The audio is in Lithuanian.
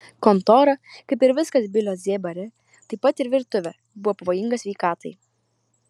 kontora kaip ir viskas bilio z bare taip pat ir virtuvė buvo pavojinga sveikatai